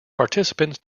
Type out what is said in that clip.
participants